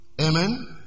Amen